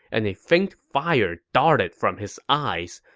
and a faint fire darted from his eyes.